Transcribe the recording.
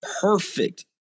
perfect